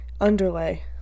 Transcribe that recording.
underlay